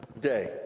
day